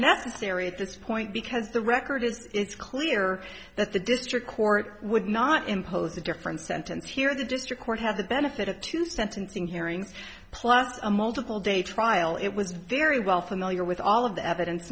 necessary at this point because the record it's clear that the district court would not impose a different sentence here the district court has the benefit to sentencing hearings plus a multiple day trial it was very well familiar with all of the evidence